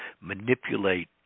manipulate